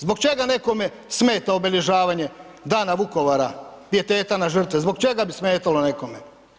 Zbog čega nekome smeta obilježavanje dana Vukovara, pijeteta na žrtve, zbog čega bi smetalo nekome?